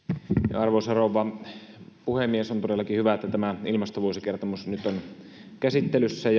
arvoisa rouva puhemies on todellakin hyvä että tämä ilmastovuosikertomus nyt on käsittelyssä